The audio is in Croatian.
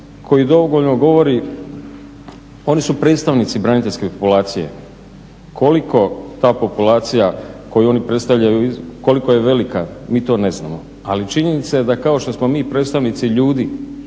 koji dovoljno govori oni su predstavnici braniteljske populacije. Koliko ta populacija koju oni predstavljaju, koliko je velika mi to ne znamo. Ali činjenica je da kao što smo mi predstavnici ljudi